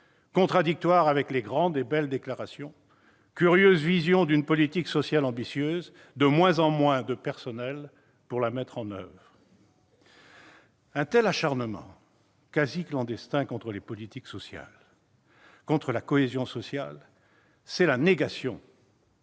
contradictoire avec les grandes et belles déclarations. Curieuse vision d'une politique sociale ambitieuse ! On compte de moins en moins de personnels pour la mettre en oeuvre. Un tel acharnement quasi clandestin contre les politiques sociales, contre la cohésion sociale, c'est la négation